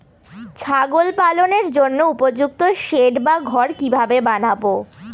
ছাগল পালনের জন্য উপযুক্ত সেড বা ঘর কিভাবে বানাবো?